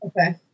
okay